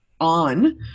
on